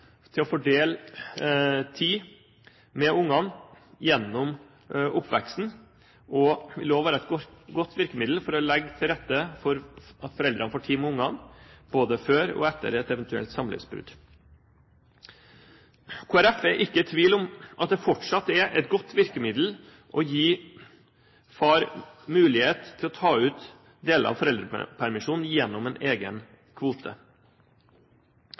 til å fordele tid med barna gjennom oppveksten, og det vil også være et godt virkemiddel for å legge til rette for at foreldrene får tid med barna både før og etter et eventuelt samlivsbrudd. Kristelig Folkeparti er ikke i tvil om at det fortsatt er et godt virkemiddel å gi far mulighet til å ta ut deler av foreldrepermisjonen gjennom en egen kvote.